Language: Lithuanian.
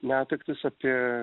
netektis apie